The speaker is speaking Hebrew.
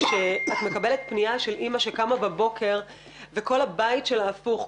כשאת מקבלת פנייה של אימא שקמה בבוקר וכל הבית שלה הפוך,